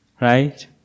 right